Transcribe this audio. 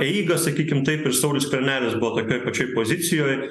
eigą sakykim taip ir saulius skvernelis buvo tokioj pačioj pozicijoj